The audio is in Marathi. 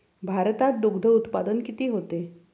भारतात दुग्धउत्पादन किती होते?